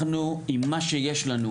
אנחנו עם מה שיש לנו,